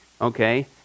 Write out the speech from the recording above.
Okay